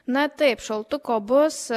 na taip šaltuko bus